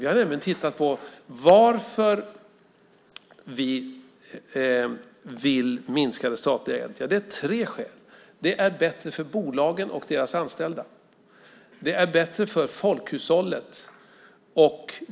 Vi har nämligen tittat på varför vi vill minska det statliga ägandet, och det är tre skäl. Det är bättre för bolagen och deras anställda. Det är bättre för folkhushållet.